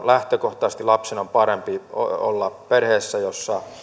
lähtökohtaisesti lapsen on parempi olla perheessä jossa